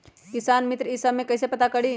किसान मित्र ई सब मे कईसे पता करी?